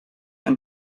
and